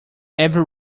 every